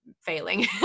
failing